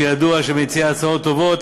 שידוע כמי שמציע הצעות טובות,